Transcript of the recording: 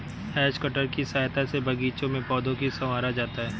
has cutter की सहायता से बागीचों में पौधों को सँवारा जाता है